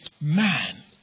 man